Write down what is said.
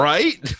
Right